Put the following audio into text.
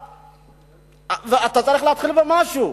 אתה צריך להתחיל ממשהו,